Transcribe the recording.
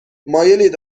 مایلید